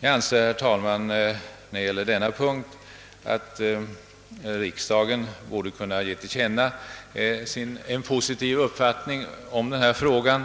Jag anser, herr talman, att riksdagen borde kunna ge till känna en positiv uppfattning i denna fråga